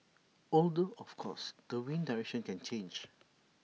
although of course the wind's direction can change